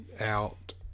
out